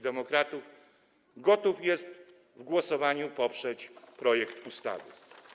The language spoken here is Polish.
Demokratów gotów jest w głosowaniu poprzeć projekt ustawy.